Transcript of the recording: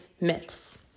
myths